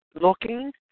looking